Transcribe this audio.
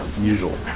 usual